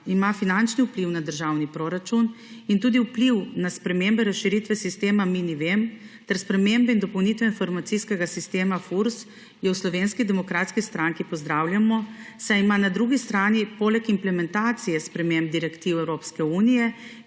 ima finančni vpliv na državni proračun in tudi vpliv na spremembe razširitve sistema mini Vem ter spremembe in dopolnitve informacijskega sistema Furs, jo v Slovenski demokratski stranki pozdravljamo, saj ima na drugi strani poleg implementacije sprememb direktiv EU, ki bi